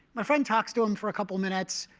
my friend talks to him for a couple of minutes,